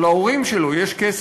או שלהורים שלו יש כסף,